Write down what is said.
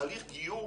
תהליך גיור,